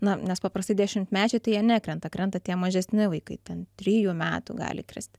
na nes paprastai dešimtmečiai tai jie nekrenta krenta tie mažesni vaikai ten trijų metų gali kristi